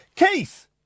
Keith